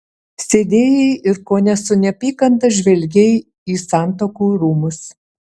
sėdėjai ir kone su neapykanta žvelgei į santuokų rūmus